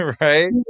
right